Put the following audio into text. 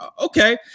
okay